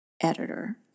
editor